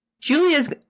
Julia's